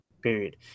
period